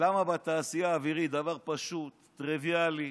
למה בתעשייה האווירית, דבר פשוט, טריוויאלי,